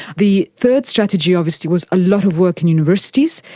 the third strategy obviously was a lot of work in universities.